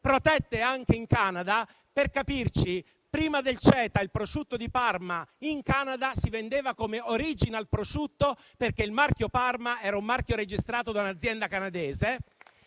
protette anche lì. Per capirci, prima del CETA, il prosciutto di Parma in Canada si vendeva come *original prosciutto*, perché il marchio Parma era stato registrato da un'azienda canadese.